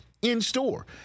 in-store